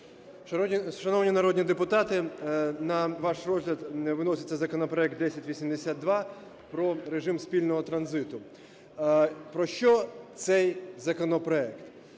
Шановні народні депутати, на ваш розгляд виноситься законопроект 1082 - про режим спільного транзиту. Про що цей законопроект?